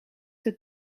het